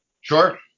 Sure